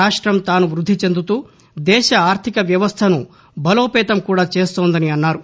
రాష్ట్రం తాను వృద్ది చెందుతూ దేశ ఆర్థిక వ్యవస్థను బలోపేతం కూడా చేస్తోందని అన్నారు